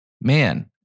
Man